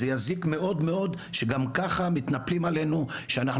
זה יזיק מאוד מאוד שגם ככה מתנפלים עלינו שאנחנו